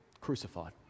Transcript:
crucified